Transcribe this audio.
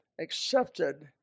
accepted